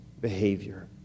behavior